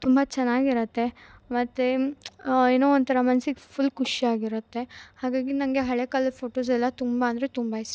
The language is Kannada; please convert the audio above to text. ತುಂಬ ಚೆನ್ನಾಗಿರತ್ತೆ ಮತ್ತು ಏನೋ ಒಂಥರ ಮನ್ಸಿಗೆ ಫುಲ್ ಖುಷ್ಯಾಗಿರತ್ತೆ ಹಾಗಾಗಿ ನಂಗೆ ಹಳೆ ಕಾಲದ ಫೋಟೊಸ್ ಎಲ್ಲ ತುಂಬ ಅಂದರೆ ತುಂಬ ಇಷ್ಟ